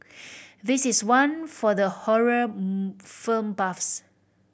this is one for the horror film buffs